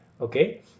okay